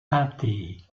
teintée